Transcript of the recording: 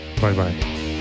Bye-bye